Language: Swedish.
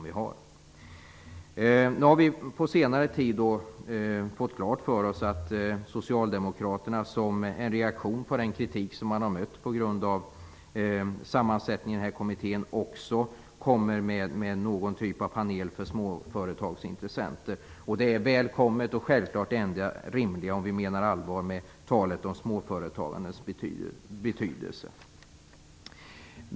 Vi har på senare tid fått klart för oss att Socialdemokraterna som en reaktion på den kritik man har mött för sammansättningen av kommittén också kommer med någon typ av panel för småföretagsintressenter. Det är välkommet och självfallet det enda rimliga om vi menar allvar med talet om småföretagandets betydelse.